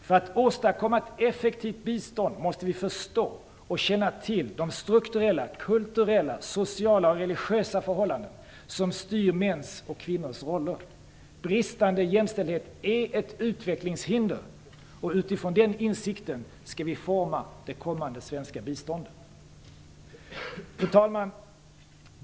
För att åstadkomma ett effektivt bistånd måste vi förstå och känna till de strukturella, kulturella, sociala och religiösa förhållanden som styr mäns och kvinnors roller. Bristande jämställdhet är ett utvecklingshinder. Utifrån den insikten skall vi forma det kommande svenska biståndet. Fru talman!